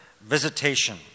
visitation